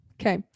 Okay